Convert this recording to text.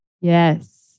Yes